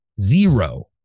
zero